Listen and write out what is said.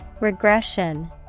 Regression